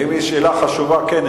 אם היא שאלה חשובה, כן.